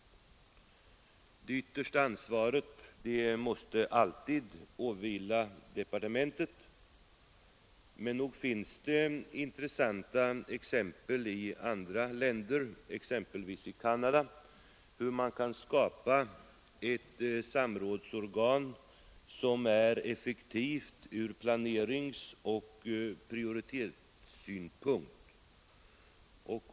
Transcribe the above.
Det yttersta ansvaret måste alltid åvila departementet. Men nog finns det intressanta exempel i andra länder, bl.a. Canada, på hur man kan skapa ett samrådsorgan som är effektivt ur planeringsoch prioritetssynpunkt.